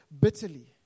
bitterly